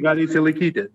gali išsilaikyti